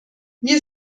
wir